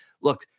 look